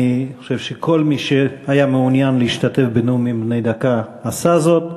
אני חושב שכל מי שהיה מעוניין להשתתף בנאומים בני דקה עשה זאת.